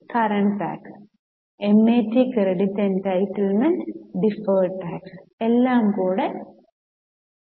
current tax MAT credit entitlement deferred tax എല്ലാം കൂടെ total Rex